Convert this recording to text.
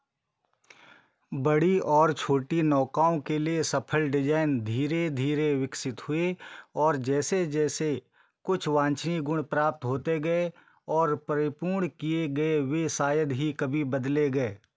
बड़ी और छोटी नौकाओं के लिए सफ़ल डिजाइन धीरे धीरे विकसित हुए और जैसे जैसे कुछ वांछनीय गुण प्राप्त होते गए और परिपूर्ण किए गए वे शायद ही कभी बदले गए